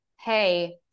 hey